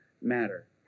matter